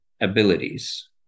abilities